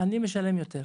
אני משלם יותר.